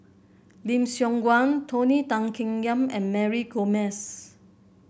Lim Siong Guan Tony Tan Keng Yam and Mary Gomes